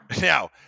Now